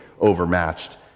overmatched